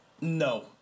No